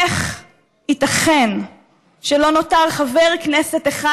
איך ייתכן שלא נותר חבר כנסת אחד